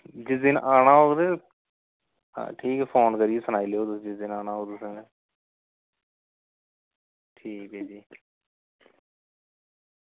जिस दिन आना होग ते ठीक ऐ फोन करियै सनाई लैओ जिस दिन आना होग तुसें ठीक ऐ जी